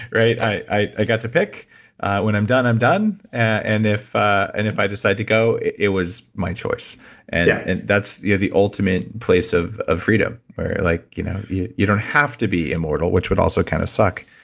right? i got to pick when i'm done, i'm done and if and if i decide to go, it was my choice and that's the the ultimate place of of freedom or like you know you you don't have to be immortal, which would also kind of suck,